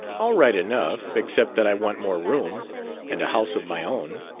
all right enough except that i want more room and a house of my own.